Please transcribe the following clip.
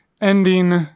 ending